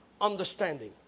understanding